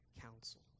council